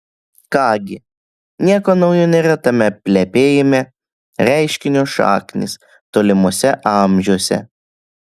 ką gi nieko naujo nėra tame plepėjime reiškinio šaknys tolimuose amžiuose